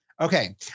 okay